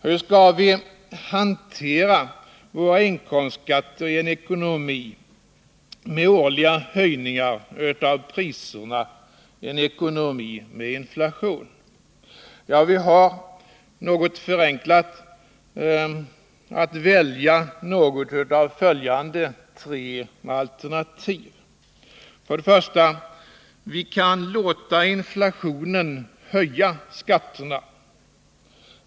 Hur skall vi hantera våra inkomstskatter i en ekonomi med årliga höjningar av priserna, en ekonomi med inflation? Vi har, något förenklat, att välja något av följande tre alternativ: Det första är att vi kan låta inflationen höja skatterna.